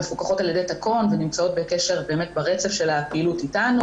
מפוקחות על ידי תקון ונמצאות ברצף של הפעילות איתן,